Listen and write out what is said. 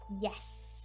yes